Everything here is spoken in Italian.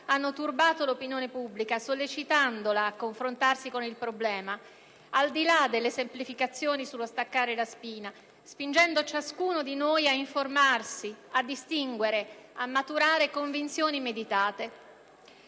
hanno turbato l'opinione pubblica, sollecitandola a confrontarsi con il problema, al di là delle semplificazioni sullo staccare la spina, spingendo ciascuno di noi a informarsi, a distinguere e a maturare convinzioni meditate.